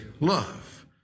love